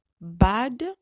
bad